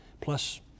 Plus